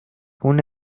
una